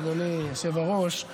אדוני היושב-ראש,